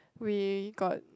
we got